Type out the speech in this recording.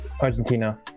Argentina